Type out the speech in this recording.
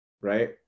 Right